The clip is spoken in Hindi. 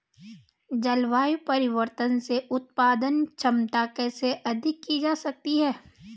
जलवायु परिवर्तन से उत्पादन क्षमता कैसे अधिक की जा सकती है?